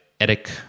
Eric